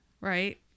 right